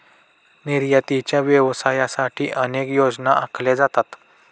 निर्यातीच्या व्यवसायासाठी अनेक योजना आखल्या जातात